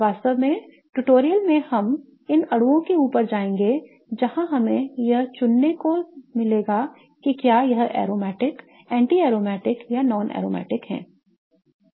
और वास्तव में ट्यूटोरियल में हम इन अणुओं के ऊपर जाएंगे जहां हमें यह चुनने को लेगा कि क्या यह aromatic anti aromatic या non aromatic है